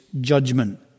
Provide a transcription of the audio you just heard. judgment